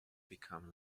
become